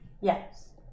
Yes